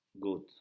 good